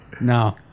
No